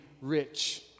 rich